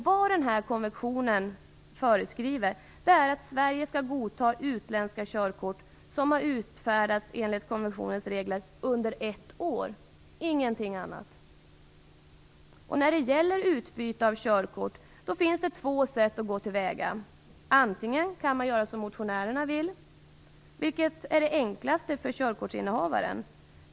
Vad denna konvention föreskriver är att Sverige skall godta utländska körkort som har utfärdats enligt konventionens regler under ett år - ingenting annat. När det gäller utbyte av körkort finns det två sätt att gå till väga på. Man göra som motionärerna vill, det är det enklaste för körkortsinnehavaren.